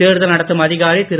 தேர்தல் நடத்தும் அதிகாரி திரு